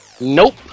Nope